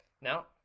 now